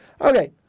Okay